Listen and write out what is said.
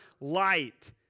light